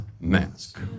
mask